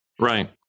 Right